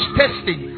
testing